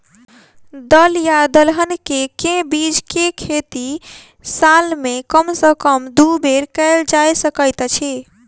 दल या दलहन केँ के बीज केँ खेती साल मे कम सँ कम दु बेर कैल जाय सकैत अछि?